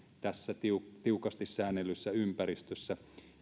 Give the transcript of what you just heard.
tässä tiukasti tiukasti säännellyssä ympäristössä